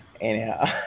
anyhow